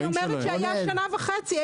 הייתה לכם שנה וחצי.